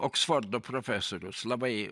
oksfordo profesorius labai